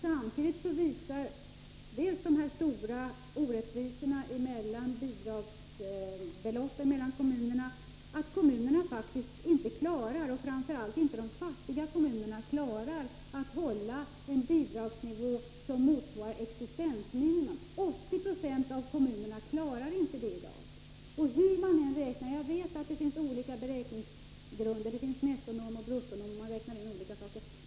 Samtidigt visar de stora orättvisorna i bidragsbelopp mellan olika kommuner att kommunerna, framför allt de fattiga kommunerna, faktiskt inte klarar att hålla en bidragsnivå som motsvarar existensminimum. 80 96 av kommunerna klarar inte det i dag. Jag vet att det finns olika beräkningsgrunder — det finns nettonormer och bruttonormer, och man räknar in olika saker.